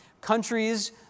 Countries